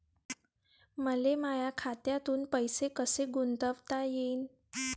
मले माया खात्यातून पैसे कसे गुंतवता येईन?